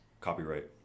Copyright